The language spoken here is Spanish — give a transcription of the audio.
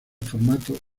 formato